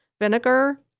vinegar